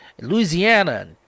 Louisiana